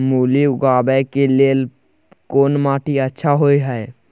मूली उगाबै के लेल कोन माटी अच्छा होय है?